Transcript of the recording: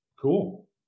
Cool